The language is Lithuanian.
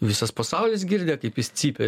visas pasaulis girdi kaip jis cypia